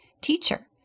Teacher